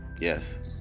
yes